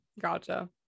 gotcha